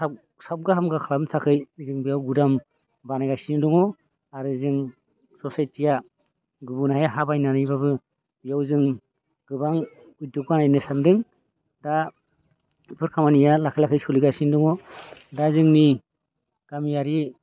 साबगा हामगा खालामनो थाखै जोन बेयाव गुदाम बानायगासिनो दङ आरो जों ससाइटिया गुबुनहाय हा बायनानैब्लाबो बेयाव जोंनि गोबां उददग बानायनो सान्दों दा बेफोर खामानिया लाखै लाखै सलिगासिनो दङ दा जोंनि गामियारि